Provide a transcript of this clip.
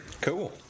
Cool